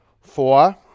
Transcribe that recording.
Four